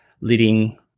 leading